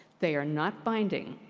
they are not binding.